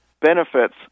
Benefits